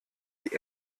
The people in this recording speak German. die